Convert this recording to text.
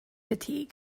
fatigue